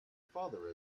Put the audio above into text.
father